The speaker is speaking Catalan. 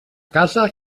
casa